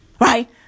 Right